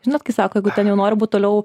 žinot kai sako jeigu nenori būt toliau